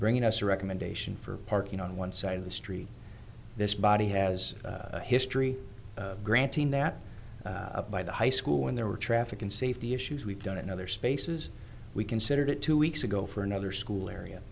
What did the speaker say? bringing us a recommendation for parking on one side of the street this body has a history of granting that by the high school when there were traffic and safety issues we've done in other spaces we considered it two weeks ago for another school area